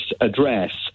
address